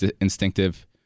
instinctive